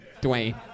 Dwayne